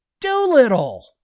Doolittle